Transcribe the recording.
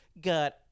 got